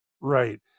Right